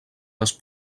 les